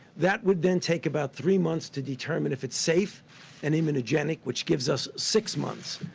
that would then take about three months to determine if it's safe and immunogenic, which gives us six months.